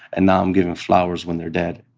and now i'm giving flowers when they're dead.